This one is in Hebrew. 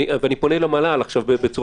פונקציית המטרה היא למנוע